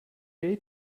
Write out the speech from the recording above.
gate